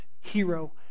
hero